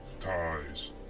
ties